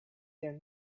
their